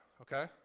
okay